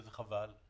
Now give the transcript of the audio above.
וזה חבל.